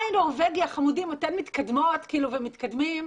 היי נורבגיה, חמודים, אתם מתקדמות ומתקדמים,